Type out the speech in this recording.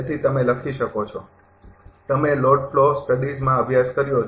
તેથી તમે લખી શકો છો તમે લોડ ફ્લો અધ્યનમાં અભ્યાસ કર્યો છે